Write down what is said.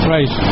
Right